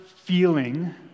feeling